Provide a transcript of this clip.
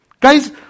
Guys